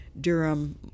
Durham